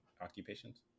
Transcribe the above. occupations